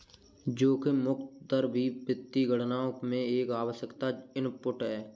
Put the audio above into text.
जोखिम मुक्त दर भी वित्तीय गणनाओं में एक आवश्यक इनपुट है